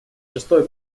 шестой